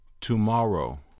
Tomorrow